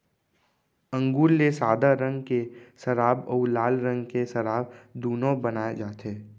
अंगुर ले सादा रंग के सराब अउ लाल रंग के सराब दुनो बनाए जाथे